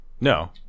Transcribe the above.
No